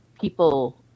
people